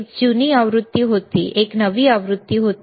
एक जुनी आवृत्ती होती एक नवीन आवृत्ती होती